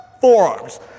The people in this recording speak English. Forearms